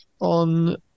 on